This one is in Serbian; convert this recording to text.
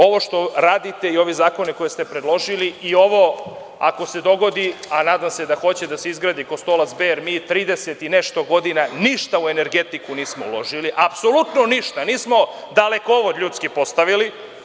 Ovo što radite i ove zakone koje ste predložili i ovo, ako se dogodi, a nadam se da hoće, da se izgradi Kostolac B, jer 30 i nešto godina ništa u energetiku nismo uložili, apsolutno ništa, nismo dalekovod postavili.